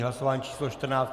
Hlasování číslo 14.